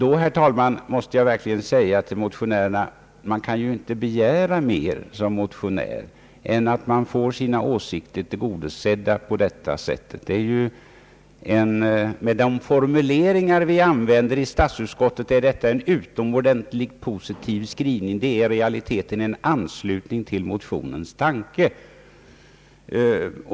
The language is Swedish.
Jag måste verkligen säga till motionärerna att man inte kan begära mer som motionär än att få sina åsikter tillgodosedda på detta sätt. Med de formuleringar vi använder i statsutskottet är detta en utomordentligt positiv skrivning — i realiteten en anslutning till motionernas tanke.